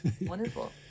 Wonderful